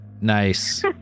Nice